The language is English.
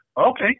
okay